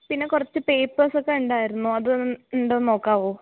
പിന്നെ കുറച്ച് പേപ്പേർസൊക്കെ ഉണ്ടായിരുന്നു അത് ഉണ്ടോ എന്ന് നോക്കാമോ